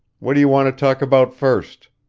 what do you want to talk about first?